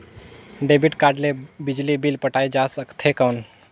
Debit card ले बिजली bill पटाय जा सकथे कौन?